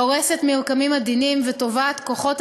היא הורסת מרקמים עדינים ותובעת כוחות